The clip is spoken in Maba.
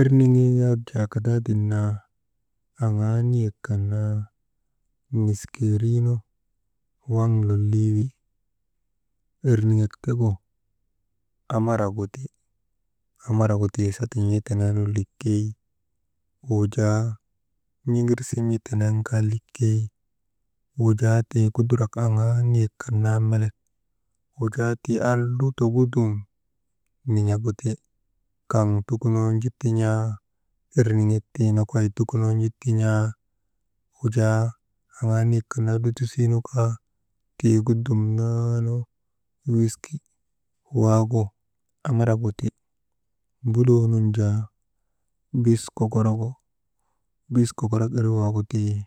Erniŋee yak jaa kadaadin naa, aŋaa niyek kan naa nikeeriinun waŋ lolii wi erniŋek tegu amaraguti, amaragu tii satin̰ii tenee likey, n̰igirsimii tenee kaa likey, wujaa kudukark aŋaa niek kan naa melek, wujaa tii al lutogudu dum nin̰aguti. Kaŋ tukunoonu ju tin̰aa, ernik tii al lutoo dum nin̰agati. Kaŋ tukunoonu ju tin̰aa, erniŋek tii nokoy tukunoonu nuju tin̰aa, wujaa aŋaa niyek kan naa lutusii nu kaa tigu dumnaanu wiski. Waagu amaragu ti. Mbuloonun jaa biskokorogu, biskokok irik waagu tii